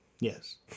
Yes